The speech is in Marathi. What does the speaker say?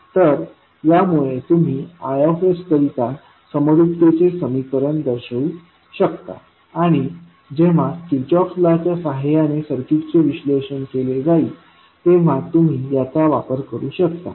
तर यामध्ये तुम्ही I करिता समरूपतेचे समीकरण दर्शवू शकता आणि जेव्हा किर्चहॉफ करंट लॉ च्या सहाय्याने सर्किटचे विश्लेषण केले जाईल तेव्हा तुम्ही याचा वापर करू शकता